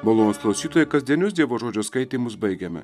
malonūs klausytojai kasdienius dievo žodžio skaitymus baigiame